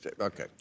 Okay